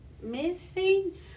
missing